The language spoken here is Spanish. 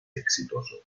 exitoso